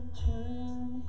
turn